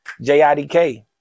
JIDK